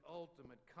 ultimate